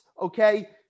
okay